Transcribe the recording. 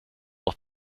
noch